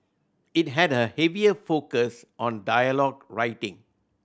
it had a heavier focus on dialogue writing